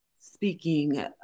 speaking